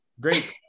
great